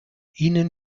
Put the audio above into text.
ihnen